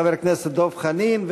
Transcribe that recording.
חבר הכנסת דב חנין,